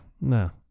no